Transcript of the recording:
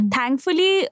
Thankfully